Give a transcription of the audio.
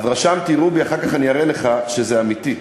אז רשמתי, רובי, אחר כך אני אראה לך שזה אמיתי.